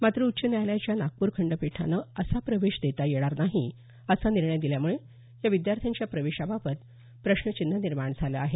मात्र उच्च न्यायालयाच्या नागपूर खंडपीठानं असा प्रवेश देता येणार नाही असा निर्णय दिल्यामुळे या विद्यार्थ्यांच्या प्रवेशाबाबत प्रश्नचिन्ह निर्माण झालं आहे